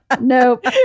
Nope